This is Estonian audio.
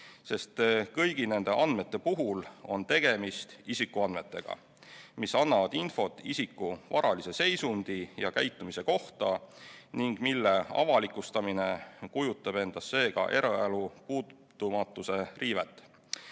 sest kõigi nende andmete puhul on tegemist isikuandmetega, mis annavad infot isiku varalise seisundi ja käitumise kohta ning mille avalikustamine kujutab endast seega eraelu puutumatuse riivet.